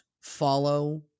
follow